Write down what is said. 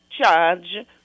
charge